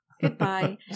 Goodbye